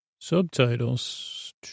Subtitles